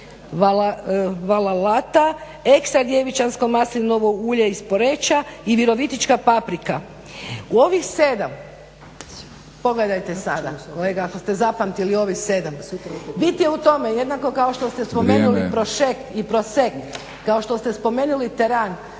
Valalta, ekstra djevičansko maslinovo ulje iz Poreča i virovitička paprika. U ovih 7 pogledajte sada kolega ako ste zapamtili ovih 7, bit je u tome jednako kao što ste spomenuli prošek … …/Upadica Batinić: